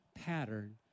pattern